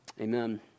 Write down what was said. Amen